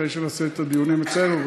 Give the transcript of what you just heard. אחרי שנעשה את הדיונים אצלנו,